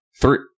three